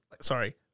Sorry